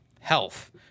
health